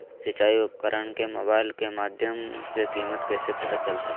सिंचाई उपकरण के मोबाइल के माध्यम से कीमत कैसे पता चलतय?